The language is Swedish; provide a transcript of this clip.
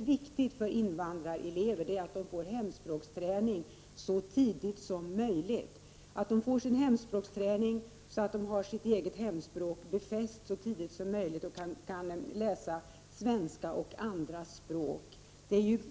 viktigt för invandrarelever är att de får hemspråksträning och sitt hemspråk befäst så tidigt som möjligt, så att de kan läsa svenska och andra språk.